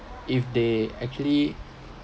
if they actually